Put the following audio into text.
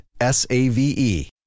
S-A-V-E